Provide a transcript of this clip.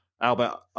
Albert